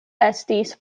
estis